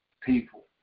people